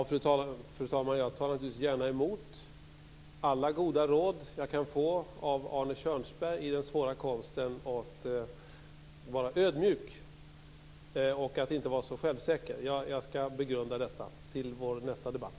Fru talman! Jag tar naturligtvis gärna emot alla goda råd jag kan få av Arne Kjörnsberg i den svåra konsten att vara ödmjuk och att inte vara så självsäker. Jag skall begrunda detta till vår nästa debatt.